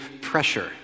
pressure